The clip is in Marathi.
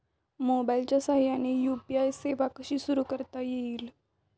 मोबाईलच्या साहाय्याने यू.पी.आय सेवा कशी सुरू करता येईल?